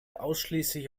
ausschließlich